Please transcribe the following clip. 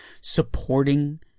supporting